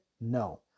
no